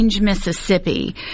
mississippi